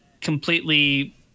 completely